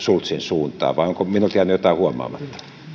schulzin suuntaan vai onko minulta jäänyt jotain huomaamatta